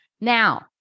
now